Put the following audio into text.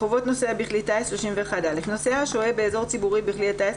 חובות נוסע בכלי טיס נוסע השוהה באור ציבורי בכלי טיס,